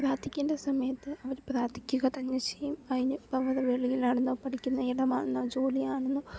പ്രാർത്ഥിക്കേണ്ട സമയത്ത് അവർ പ്രാർത്ഥിക്കുക തന്നെ ചെയ്യും അതിന് ഇപ്പോൾ അത് വെളിയിലാണെന്നോ പഠിക്കുന്ന ഇടമാണെന്നോ ജോലിയാണെന്നോ